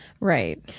Right